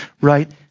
right